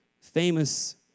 Famous